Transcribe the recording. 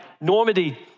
Normandy